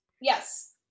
Yes